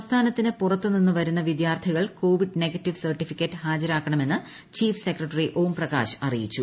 സംസ്ഥാനത്തിന് പുറത്തു നിന്നും വരുന്ന വിദ്യാർത്ഥികൾ കോവിഡ് നെഗറ്റീവ് സർട്ടിഫിക്കറ്റ് ഹാജരാക്കണമെന്ന് ചീഫ് സെക്രട്ടറി ഓം പ്രകാശ് അറിയിച്ചു